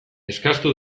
eskastu